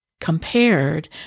compared